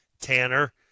Tanner